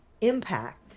impact